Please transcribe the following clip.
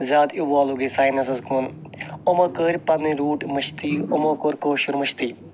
زیاد اِوالو گے ساینَسَس کُنامو کٔر پَنن روٗٹ مٔشتھے یِمو کوٚر کٲشُر مٔشتھے